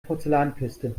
porzellankiste